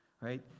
Right